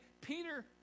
Peter